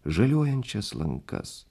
žaliuojančias lankas